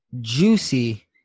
juicy